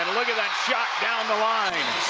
and look at that shot down the line.